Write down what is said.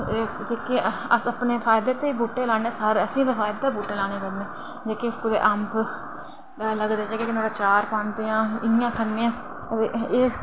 ते अस अपने फायदे आस्तै गै बूह्टे लाने ते असेंगी फायदा गै ऐ इसदा ते जेह्के अम्ब लगदे ओह्दा अचार पान्ने आं ते इं'या खन्ने आं ते एह्